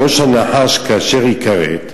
ראש הנחש, כאשר ייכרת,